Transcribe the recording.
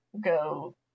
go